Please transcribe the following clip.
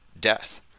death